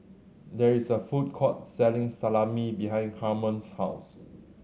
there is a food court selling Salami behind Harmon's house